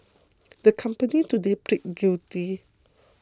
the company today pleaded guilty